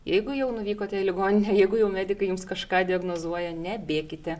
jeigu jau nuvykote į ligoninę jeigu jau medikai jums kažką diagnozuoja nebėkite